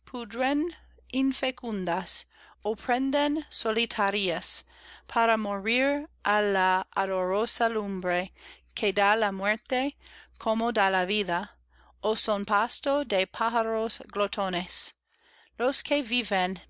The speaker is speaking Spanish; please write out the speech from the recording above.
prenden solitarias para morir á la ardorosa lumbre que da la muerte como da la vida ó son pasto de pájaros glotones los que viven